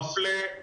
מפלה.